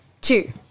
Two